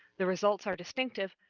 the results are distinctive,